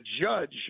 judge